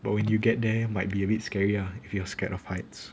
but when you get there might be a bit scary ah if you're scared of heights